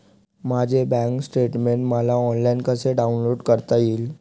माझे bank statement मला online कसे डाउनलोड करता येईल?